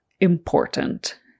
important